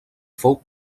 fou